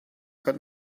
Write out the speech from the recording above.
got